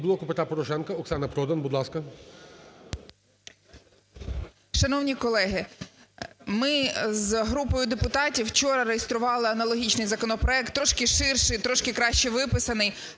"Блоку Петра Порошенка" Оксана Продан, будь ласка. 17:35:54 ПРОДАН О.П. Шановні колеги, ми з групою депутатів вчора реєстрували аналогічний законопроект – трошки ширший, трошки краще виписаний.